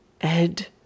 Ed